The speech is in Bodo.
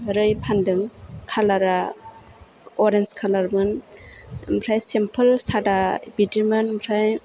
फान्दों खालारा अरेन्ज खालारमोन ओमफ्राय सिमफोल सादा बिदिमोन ओमफ्राय